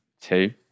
two